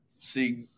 See